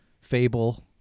fable